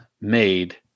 made